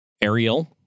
Ariel